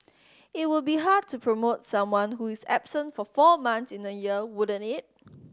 it would be hard to promote someone who is absent for four months in a year wouldn't it